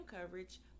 coverage